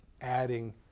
adding